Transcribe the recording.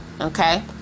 okay